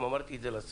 גם אמרתי את זה לשר.